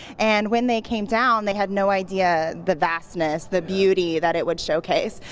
and when they came down, they had no idea the vastness, the beauty that it would showcase,